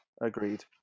Agreed